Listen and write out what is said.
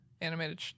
animated